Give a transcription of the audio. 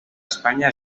espanya